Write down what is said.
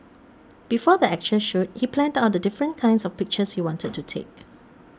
before the actual shoot he planned out the different kinds of pictures he wanted to take